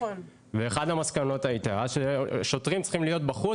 ואחת המסקנות הייתה ששוטרים צריכים להיות בחוץ